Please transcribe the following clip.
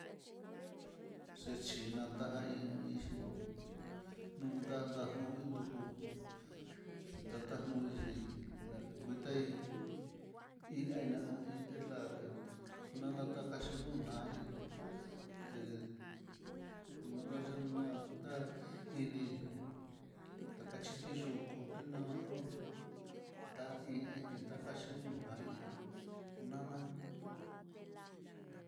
X i jan natahí xhin ndundanda nu itú, xetanta noixhi nake kutai hí eina natila'ta, nanatakaxhi nunái gté yana lenaá kutá ini, taxhi tiyukú tenaló nda iin inraka xu'u nunai nana.